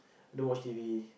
don't watch T_V